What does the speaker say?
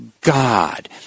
God